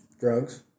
Drugs